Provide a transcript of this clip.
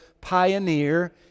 pioneer